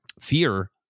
fear